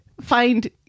find